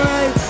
Right